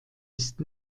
ist